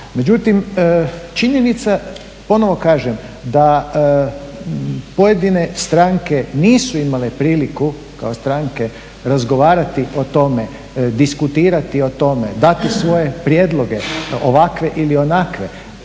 Međutim činjenica ponovo kažem da pojedine stranke nisu imale priliku kao stranke razgovarati o tome, diskutirati o tome, dati svoje prijedloge ovakve ili onakve,